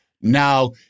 now